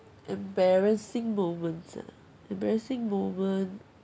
embarrassing moments ah embarrassing moment